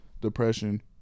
depression